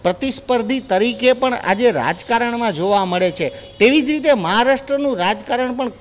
પ્રતિસ્પર્ધી તરીકે પણ આજે રાજકારણમાં જોવા મળે છે તેવી જ રીતે મહારાષ્ટ્રનું રાજકારણ પણ